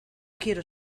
quiero